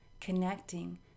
connecting